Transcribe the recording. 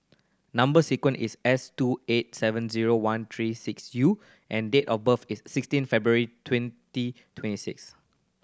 number sequence is S two eight seven zero one three six U and date of birth is sixteen February twenty twenty six